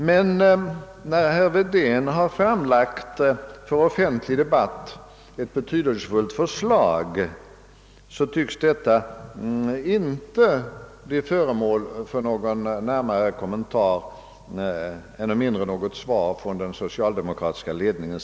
Men när herr Wedén för offentlig debatt har framlagt ett betydelsefullt förslag tycks detta inte bli föremål för någon närmare kommentar, ännu mindre något svar från den socialdemokratiska ledningen.